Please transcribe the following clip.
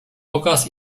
pokaz